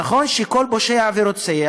נכון שכל פושע ורוצח,